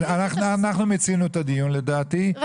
לדעתי אנחנו מיצינו את הדיון אבל